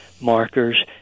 markers